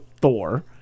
Thor